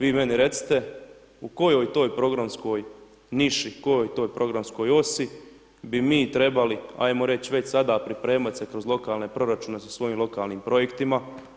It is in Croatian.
Vi meni recite u kojoj to programskoj niši, u kojoj toj programskoj osi bi mi trebali ajmo reći već sada pripremati se kroz lokalne proračune sa svojim lokalnim projektima.